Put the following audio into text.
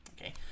Okay